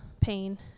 pain